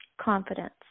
confidence